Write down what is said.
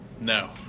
No